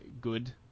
good